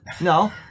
No